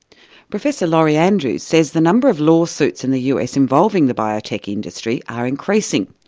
professor lori andrews says the number of lawsuits in the us involving the biotech industry, are increasing.